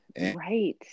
Right